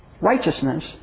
righteousness